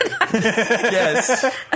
Yes